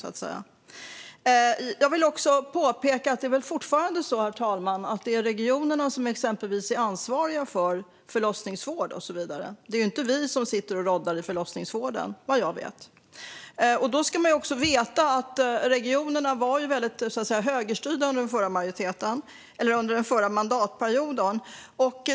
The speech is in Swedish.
Det är väl fortfarande så, herr talman, att det är regionerna som är ansvariga för förlossningsvård och så vidare; vad jag vet är det inte vi som sitter och råddar i förlossningsvården. Man ska veta att regionerna var väldigt högerstyrda under den förra mandatperioden.